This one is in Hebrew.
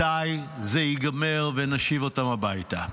מתי זה ייגמר ונשיב אותם הביתה?